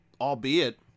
albeit